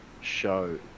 show